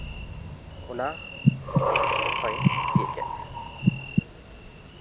ᱚᱱᱟ ᱦᱚᱭᱮ ᱛᱤᱭᱳᱜ ᱠᱮᱫ ᱢᱮᱭᱟ